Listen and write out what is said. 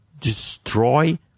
destroy